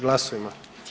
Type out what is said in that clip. Glasujmo.